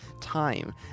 Time